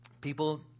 people